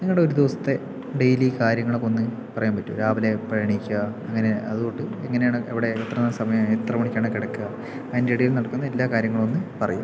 നിങ്ങളുടെ ഒരു ദിവസത്തെ ഡെയിലി കാര്യങ്ങളൊക്കെയൊന്ന് പറയാൻ പറ്റുമോ രാവിലെ എപ്പോഴാണ് എണീക്കുക അങ്ങനെ അതുതൊട്ട് എങ്ങനെയാണ് എവിടെ എത്ര സമയം എത്രമണിക്കാണ് കിടക്കുക അതിൻ്റെ ഇടയിൽ നടക്കുന്ന എല്ലാ കാര്യങ്ങളുമൊന്ന് പറയുക